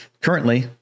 currently